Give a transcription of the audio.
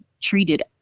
treated